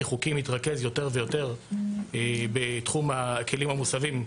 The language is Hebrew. חוקי מתרכז יותר ויותר בתחום הכלים המוסבים,